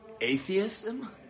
atheism